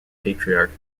patriarch